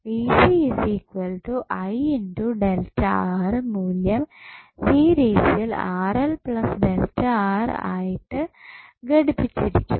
മൂല്യം സീരിസിൽ ആയിട്ടു ഘടിപ്പിച്ചിരിക്കും